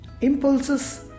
impulses